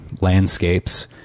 landscapes